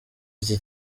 iki